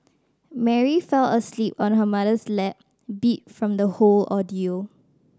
Mary fell asleep on her mother's lap beat from the whole ordeal